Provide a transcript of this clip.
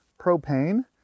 propane